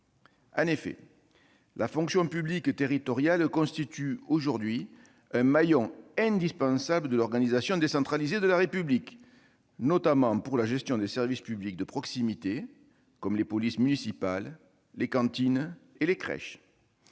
En effet, la fonction publique territoriale constitue un maillon indispensable de l'organisation décentralisée de la République, notamment pour la gestion des services publics de proximité, comme les polices municipales, les cantines et les crèches.